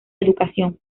educación